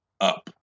up